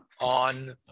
on